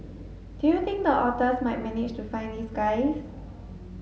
do you think the otters might manage to find these guys